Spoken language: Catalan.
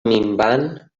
minvant